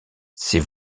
ces